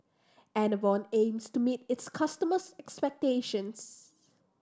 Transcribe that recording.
enervon aims to meet its customers' expectations